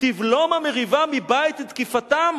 "תבלום המריבה את תקיפתם."